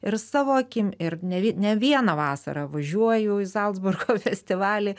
ir savo akim ir ne vie ne vieną vasarą važiuoju į zalcburgo festivalį